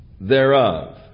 thereof